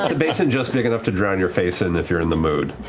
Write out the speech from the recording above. ah basin just big enough to drown your face in, if you're in the mood.